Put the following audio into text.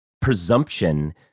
presumption